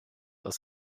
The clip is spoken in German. aus